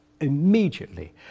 immediately